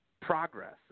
Progress